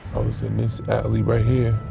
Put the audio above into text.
was in this alley right here.